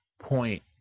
point